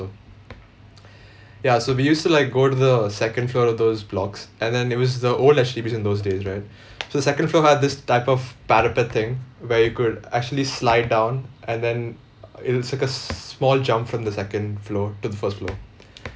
ya so we used to like go to the second floor of those blocks and then it was the old H_D_Bs in those days right so the second floor had this type of parapet thing where you could actually slide down and then it was like a small jump from the second floor to the first floor